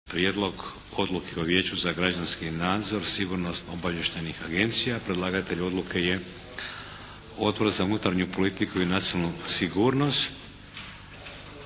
Prijedlog odluke o Vijeću za građanski nadzor sigurnosno-obavještajnih agencija – Predlagatelj Odbor za unutarnju politiku i nacionalnu sigurnost